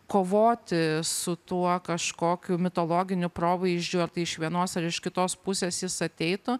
kovoti su tuo kažkokiu mitologiniu provaizdžiu ar tai iš vienos ar iš kitos pusės jis ateitų